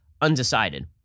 undecided